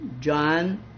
John